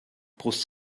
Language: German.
brust